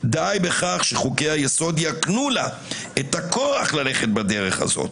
די בכך שחוקי היסוד יקנו לה את הכוח ללכת בדרך זו.